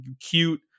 cute